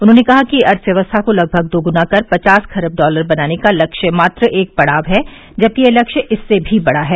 उन्होंने कहा कि अर्थव्यवस्था को लगभग दोगुना कर पचास खरब डॉलर का बनाने का लक्ष्य मात्र एक पड़ाव है जबकि यह लक्ष्य इससे भी बड़ा है